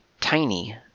tiny